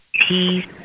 peace